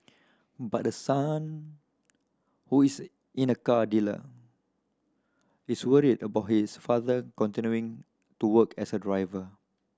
but the son who is in a car dealer is worried about his father continuing to work as a driver